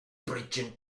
breaching